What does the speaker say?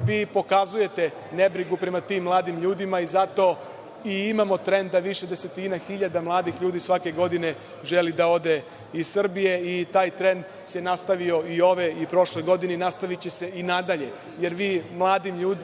vi pokazujete nebrigu prema tim mladim ljudima i zato i imamo trend da više desetina hiljada mladih ljudi svake godine želi da ode iz Srbije. Taj trend se nastavio i ove i prošle godine, a nastaviće se i nadalje jer vi